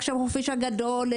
עכשיו חופש גדול,